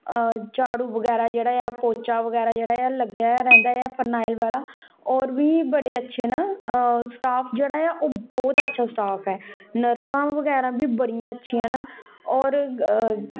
झाडू बगैरा जेहड़ा ऐ पोचा बगैरा जेहड़ा ऐ लग्गेआ गै रैंहदा ऐ फरनाइल वाला और बी बडे़ अच्छे ना स्टाफ जेहड़ा ऐ ओह् बहुत अच्छा स्टाफ ऐ नर्सां बगैरा बी बडियां अच्छियां न और